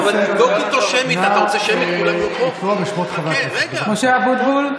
הצבעה שמית (קוראת בשמות חברי הכנסת) משה אבוטבול,